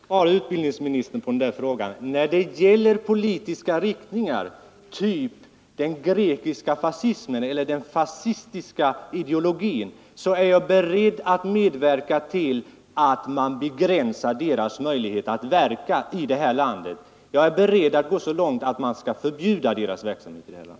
Herr talman! Jag vill svara utbildningsministern på den där frågan: När det gäller politiska riktningar av typen den grekiska fascistiska ideologin är jag beredd att medverka till att vi begränsar vederbörandes möjligheter att verka här i landet. Ja, jag är beredd att gå så långt att vi förbjuder den verksamheten